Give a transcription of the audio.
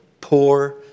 poor